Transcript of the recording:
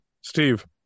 Steve